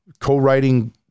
co-writing